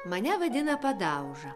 mane vadina padauža